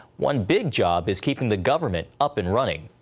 one big job is keeping the government up and running.